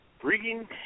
Bringing